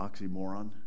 oxymoron